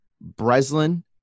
Breslin